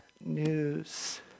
news